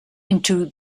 into